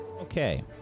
Okay